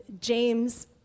James